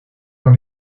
dans